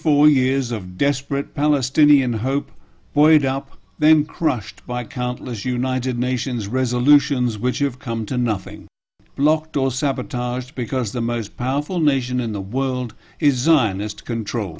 four years of desperate palestinian hope void up then crushed by countless united nations resolutions which have come to nothing blocked or sabotaged because the most powerful nation in the world is honest control